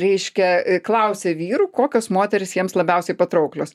reiškia klausė vyrų kokios moterys jiems labiausiai patrauklios